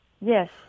Yes